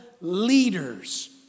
leaders